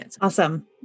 Awesome